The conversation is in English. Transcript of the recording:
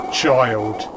child